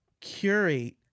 curate